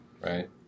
Right